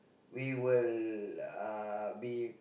we will uh be